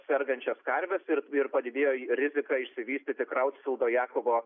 sergančias karves ir ir padidėjo rizika išsivystyti krautfildo jakobo